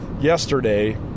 yesterday